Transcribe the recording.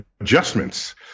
adjustments